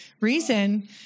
reason